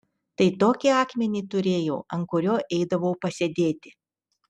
tai tokį akmenį turėjau ant kurio eidavau pasėdėti